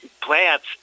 plants